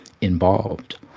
involved